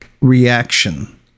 reaction